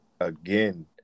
again